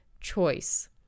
choice